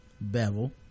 bevel